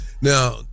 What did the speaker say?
Now